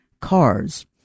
cars